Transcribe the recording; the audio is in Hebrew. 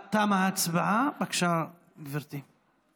תמה ההצבעה, בבקשה, גברתי.